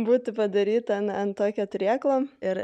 būti padaryta ant ant tokio turėklo ir